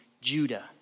Judah